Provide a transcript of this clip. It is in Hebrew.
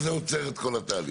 אז זה עוצר את כל התהליך,